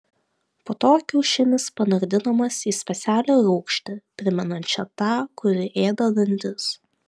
po to kiaušinis panardinamas į specialią rūgštį primenančią tą kuri ėda dantis